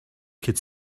could